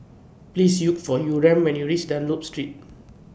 Please Look For Yurem when YOU REACH Dunlop Street